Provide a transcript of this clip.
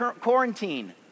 quarantine